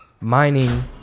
mining